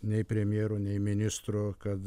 nei premjero nei ministro kad